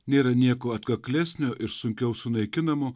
nėra nieko atkaklesnio ir sunkiau sunaikinamo